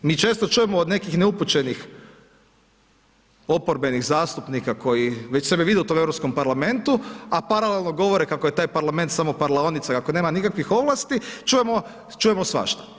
Mi često čujemo od nekih neupućenih oporbenih zastupnika koji već sebe vide u tom Europskom parlamentu, a paralelno govore kako je taj parlament samo parlaonica kako nema nikakvih ovlasti, čujemo, čujemo svašta.